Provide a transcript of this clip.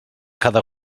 cada